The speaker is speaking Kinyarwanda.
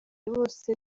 bose